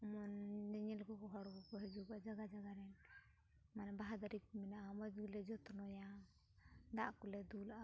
ᱢᱚᱱᱮ ᱧᱮᱧᱮᱞ ᱠᱚ ᱠᱚ ᱦᱚᱲ ᱠᱚᱠᱚ ᱦᱟᱡᱩᱜᱚᱜᱼᱟ ᱡᱟᱜᱟ ᱡᱟᱜᱟ ᱨᱮᱱ ᱢᱟᱱᱮ ᱵᱟᱦᱟ ᱫᱟᱨᱮ ᱠᱚ ᱢᱮᱱᱟᱜᱼᱟ ᱢᱚᱡᱽ ᱜᱮᱞᱮ ᱡᱚᱛᱱᱚᱭᱟ ᱫᱟᱜ ᱠᱚᱞᱮ ᱫᱩᱞᱟᱹᱜᱼᱟ